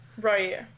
Right